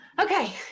Okay